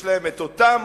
יש להם את אותן